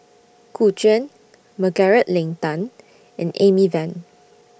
Gu Juan Margaret Leng Tan and Amy Van